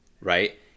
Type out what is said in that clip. right